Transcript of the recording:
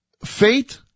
Faith